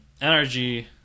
NRG